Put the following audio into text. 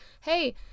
Hey